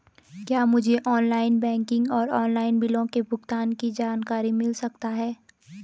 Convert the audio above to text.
क्या मुझे online banking और ऑनलाइन बिलों के भुगतान की जानकारी मिल सकता है?